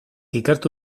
ikertu